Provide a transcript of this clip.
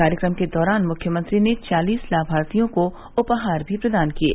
कार्यक्रम के दौरान मुख्यमंत्री ने चालीस लाभार्थियों को उपहार भी प्रदान किये